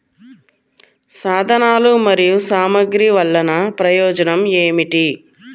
సాధనాలు మరియు సామగ్రి వల్లన ప్రయోజనం ఏమిటీ?